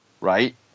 right